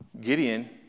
Gideon